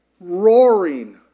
roaring